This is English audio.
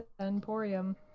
Emporium